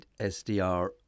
SDR